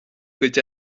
gcuid